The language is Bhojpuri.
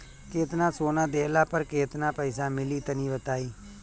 केतना सोना देहला पर केतना पईसा मिली तनि बताई?